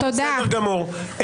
בסדר גמור.